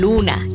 Luna